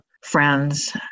friends